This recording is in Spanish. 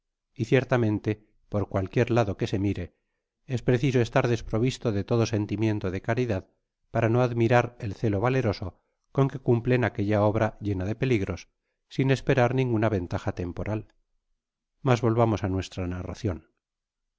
y ciertamente por cualqüief lado que sé mire es preciso estar desprovisto de todo sentimiento de caridad para no admirar el celo valeroso con que cumplen aquella obra llena de peligros sin esperar ninguna ventaja temporal mas volvamos á nuestra narracion